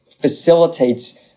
facilitates